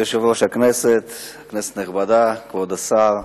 כבוד היושב-ראש, כנסת נכבדה, כבוד השר,